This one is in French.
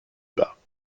bas